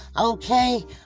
Okay